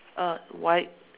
uh white